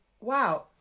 wow